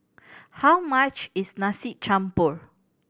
how much is Nasi Campur